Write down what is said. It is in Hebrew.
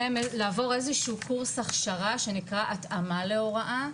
לעבור איזשהו קורס הכשרה שנקרא התאמה להוראה,